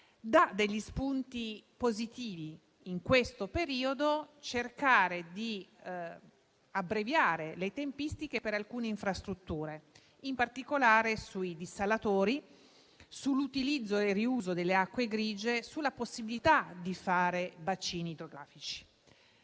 dà degli spunti positivi: cercare, in questo periodo, di abbreviare le tempistiche per alcune infrastrutture, in particolare sui dissalatori, sull'utilizzo e sul riuso delle acque grigie, sulla possibilità di fare bacini idrografici.